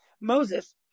Moses